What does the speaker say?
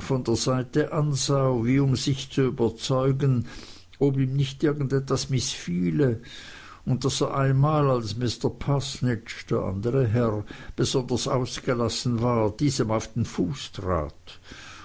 von der seite ansah wie um sich zu überzeugen ob ihm nicht irgend etwas mißfiele und daß er einmal als mr paßnidge der andere herr besonders ausgelassen war diesem auf den fuß trat